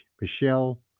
Michelle